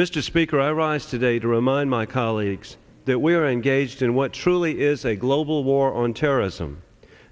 mr speaker i rise today to remind my colleagues that we are engaged in what truly is a global war on terrorism